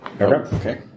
Okay